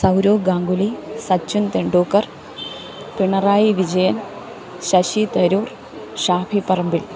Sourav Ganguly Sachin Tendulkar Pinarayi Vijayan Shashi Tharoor Shafi Parambil